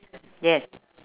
yes